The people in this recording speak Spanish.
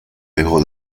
dejó